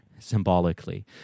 symbolically